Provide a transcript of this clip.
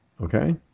Okay